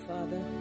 Father